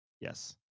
Yes